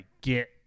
get